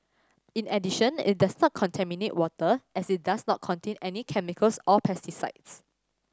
in addition it does not contaminate water as it does not contain any chemicals or pesticides